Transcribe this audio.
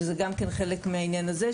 שזה גם חלק מהעניין הזה.